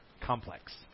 complex